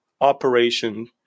operation